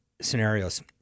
scenarios